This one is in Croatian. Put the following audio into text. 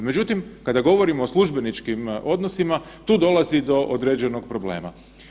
Međutim, kada govorimo o službeničkim odnosima, tu dolazi do određenog problema.